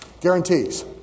Guarantees